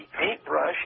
paintbrush